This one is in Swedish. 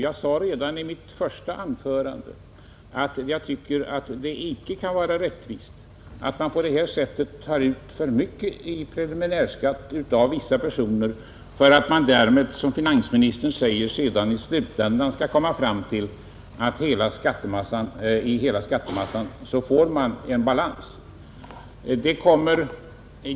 Jag sade redan i mitt första anförande att jag tycker att det icke kan vara rättvist att på detta sätt ta ut för mycket i preliminärskatt av vissa personer för att man därmed, som finansministern säger, sedan i slutänden skall komma fram till att i hela skattemassan få en balans.